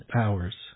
hours